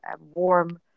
warm